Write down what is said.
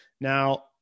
Now